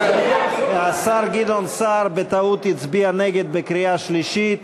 השר גדעון סער בטעות הצביע נגד בקריאה שלישית.